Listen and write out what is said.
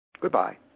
Goodbye